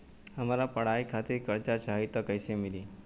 हमरा पढ़ाई खातिर कर्जा चाही त कैसे मिली?